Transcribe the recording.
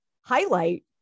highlight